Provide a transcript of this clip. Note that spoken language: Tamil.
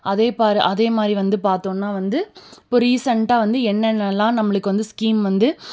அதே பாரு அதேமாதிரி வந்து பார்த்தோன்னா வந்து இப்போது ரீசண்ட்டாக வந்து என்னென்னலாம் நம்முளுக்கு வந்து ஸ்கீம் வந்து